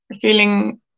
feeling